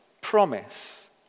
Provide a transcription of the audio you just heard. promise